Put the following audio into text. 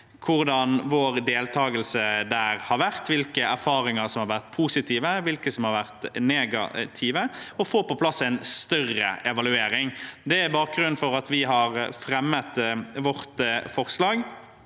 hvordan vår deltakelse der har vært, hvilke erfaringer som har vært positive, og hvilke som har vært negative – og få på plass en større evaluering. Det er bakgrunnen for at vi har fremmet vårt forslag,